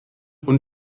und